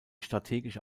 strategische